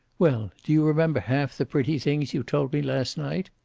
well, do you remember half the pretty things you told me last night?